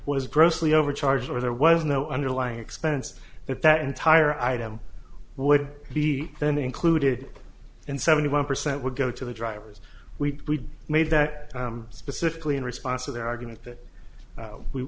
was grossly over charged or there was no underlying expense that that entire item would be then included in seventy one percent would go to the drivers we made that specifically in response to their argument that